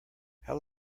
how